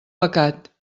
pecat